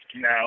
No